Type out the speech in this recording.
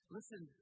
Listen